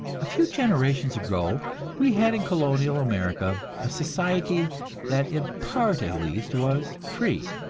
a few generations ago we had in colonial america a society that in part at least was free.